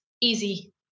easy